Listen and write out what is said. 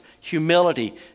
humility